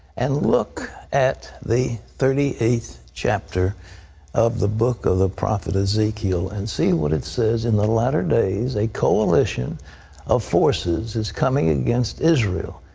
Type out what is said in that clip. and look at the thirty eighth chapter of the book of the prophet ezekiel, and see what it says. in the latter days, a coalition of forces is coming against israel.